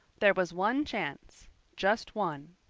there was one chance just one.